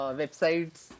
websites